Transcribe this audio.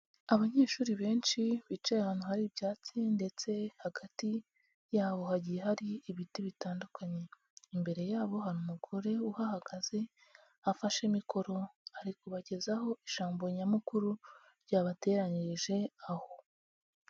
Abanyeshuri benshi bicaye ahantu hari ibyatsi ndetse hagati yabo hagiye hari ibiti bitandukanye, imbere yabo hari umugore uhahagaze, afashe mikoro ari kubagezaho ijambo nyamukuru ryabateranyirije aho.